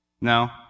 No